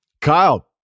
kyle